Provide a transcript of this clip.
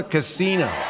Casino